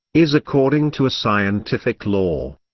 is according to a scientific law.